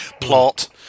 Plot